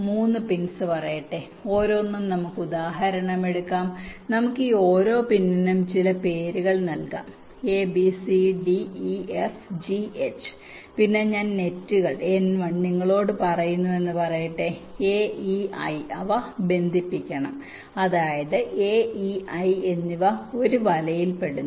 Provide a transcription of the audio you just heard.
3 pins പറയട്ടെ ഓരോന്നും നമുക്ക് ഉദാഹരണം എടുക്കാം നമുക്ക് ഈ ഓരോ പിന്നിനും ചില പേരുകൾ നൽകാം abcdefgh പിന്നെ ഞാൻ നെറ്റുകൾ N1 നിങ്ങളോട് പറയുന്നു എന്ന് പറയട്ടെ a e i അവ ബന്ധിപ്പിക്കണം അതായത് a e i എന്നിവ ഒരു വലയിൽ പെടുന്നു